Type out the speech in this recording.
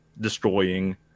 destroying